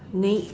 next